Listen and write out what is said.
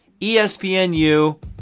ESPNU